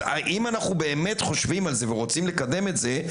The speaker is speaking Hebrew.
אם אנחנו באמת חושבים על זה ורוצים לקדם את זה,